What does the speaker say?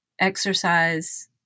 exercise